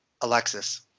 Alexis